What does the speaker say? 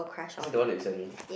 is it the one you send me